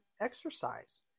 exercise